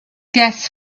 gas